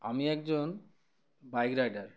আমি একজন bike rider